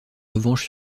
revanche